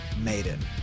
Maiden